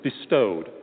bestowed